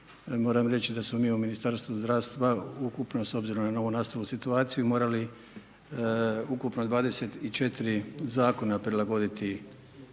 moram reći da smo mi u Ministarstvu zdravstva ukupno s obzirom na novonastalu situaciju, morali ukupno 24 Zakona prilagoditi toj